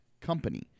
company